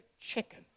chicken